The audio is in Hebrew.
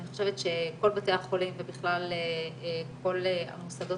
אני חושבת שכל בתי החולים ובכלל כל המוסדות